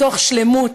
מתוך שלמות,